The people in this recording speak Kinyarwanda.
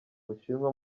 bushinwa